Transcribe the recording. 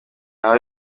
aha